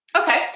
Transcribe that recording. Okay